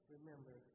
Remember